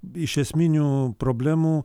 iš esminių problemų